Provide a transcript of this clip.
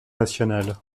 nationale